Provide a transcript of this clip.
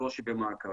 קושי במעקב,